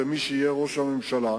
ומי שיהיה ראש הממשלה,